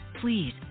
please